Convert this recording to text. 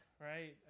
right